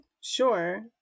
sure